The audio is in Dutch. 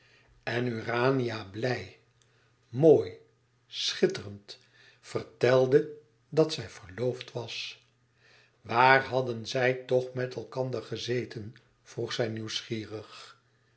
en urania blij mooi schitterend vertelde dat zij verloofd was waar hadden zij toch met elkander gezeten vroeg zij nieuwsgierig